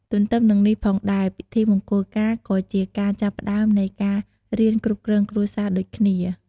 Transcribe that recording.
ទទ្ទឹមនឹងនេះផងដែរ ពិធីមង្គលការក៏ជាការចាប់ផ្ដើមនៃការរៀនគ្រប់គ្រងគ្រួសារដូចគ្នា។